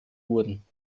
wurden